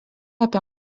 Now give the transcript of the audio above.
apie